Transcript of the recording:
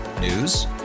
News